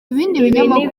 ibindi